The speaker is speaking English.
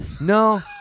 No